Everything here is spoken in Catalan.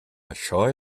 això